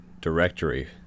directory